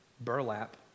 burlap